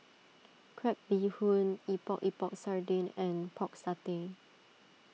Crab Bee Hoon Epok Epok Sardin and Pork Satay